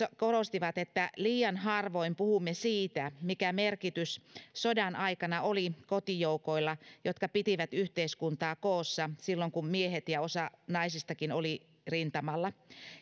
he korostivat että liian harvoin puhumme siitä mikä merkitys sodan aikana oli kotijoukoilla jotka pitivät yhteiskuntaa koossa silloin kun miehet ja osa naisistakin oli rintamalla